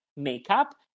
makeup